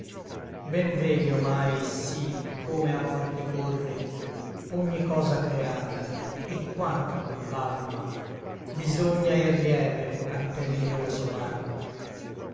ben vedi omai sí come a morte corre ogni cosa creata et quanto all'alma bisogna ir lieve al periglioso varco